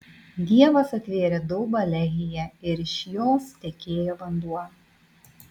dievas atvėrė daubą lehyje ir iš jos tekėjo vanduo